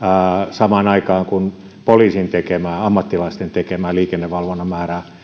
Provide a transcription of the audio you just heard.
samaan aikaan kun poliisin tekemän ammattilaisten tekemän liikennevalvonnan määrää